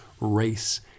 race